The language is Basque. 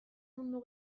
mundu